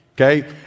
Okay